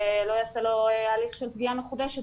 לא יעשה לו הליך של פגיעה מחודשת